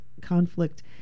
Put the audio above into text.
conflict